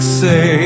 say